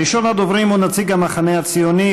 ראשון הדוברים הוא נציג המחנה הציוני,